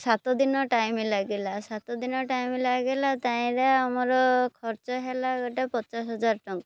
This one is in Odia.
ସାତ ଦିନ ଟାଇମ୍ ଲାଗିଲା ସାତ ଦିନ ଟାଇମ୍ ଲାଗିଲା ତାହିଁରେ ଆମର ଖର୍ଚ୍ଚ ହେଲା ଗୋଟେ ପଚାଶ ହଜାର ଟଙ୍କା